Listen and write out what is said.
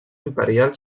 imperial